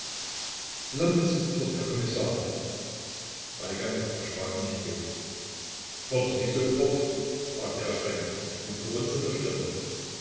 fort herr kommissar weigand erschrak nicht wenig fort wieso fort fragte er streng mit gerunzelter stirn